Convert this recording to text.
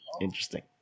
Interesting